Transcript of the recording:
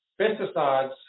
pesticides